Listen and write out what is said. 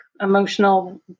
emotional